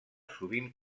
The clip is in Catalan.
sovint